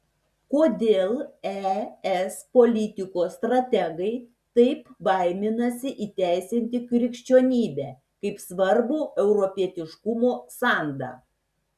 kodėl es politikos strategai taip baiminasi įteisinti krikščionybę kaip svarbų europietiškumo sandą